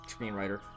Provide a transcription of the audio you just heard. screenwriter